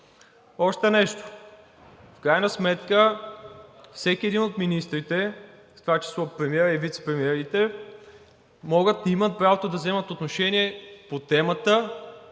Още нещо – в крайна сметка всеки един от министрите, в това число премиерът и вицепремиерите, могат, имат право да вземат отношение по темата